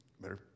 Better